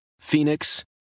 phoenix